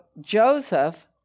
Joseph